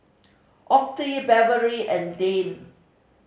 Otha Beverley and Dane